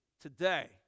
today